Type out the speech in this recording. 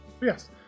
Yes